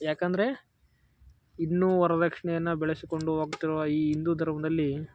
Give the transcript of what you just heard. ಯಾಕಂದರೆ ಇನ್ನು ವರ್ದಕ್ಷಿಣೆಯನ್ನು ಬೆಳೆಸಿಕೊಂಡು ಹೋಗುತ್ತಿರುವ ಈ ಹಿಂದೂ ಧರ್ಮದಲ್ಲಿ